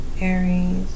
Aries